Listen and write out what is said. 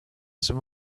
some